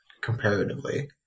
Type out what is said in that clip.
comparatively